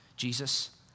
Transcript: Jesus